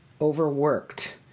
overworked